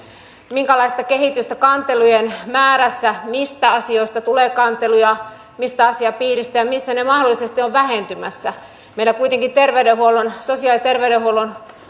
minkälaista kehitystä kantelujen määrässä mistä asioista tulee kanteluja mistä asiapiiristä ja missä ne ne mahdollisesti ovat vähentymässä meillä kuitenkin sosiaali ja terveydenhuollon